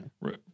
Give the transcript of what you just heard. Right